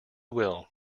will